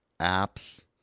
apps